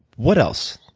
what else?